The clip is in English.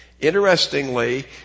Interestingly